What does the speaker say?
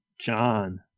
john